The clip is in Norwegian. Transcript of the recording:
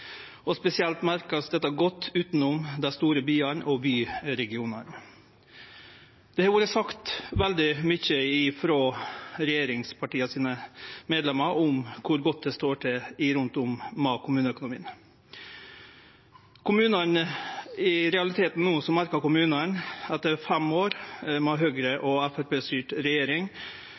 landet. Spesielt merkar ein dette godt utanfor dei store byane og byregionane. Det har vore sagt veldig mykje ifrå medlemene til regjeringspartia om kor godt det står til med kommuneøkonomien rundt om. I realiteten merkar kommunane no – etter fem år med ei Høgre- og Framstegsparti-styrt regjering